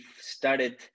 started